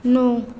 नौ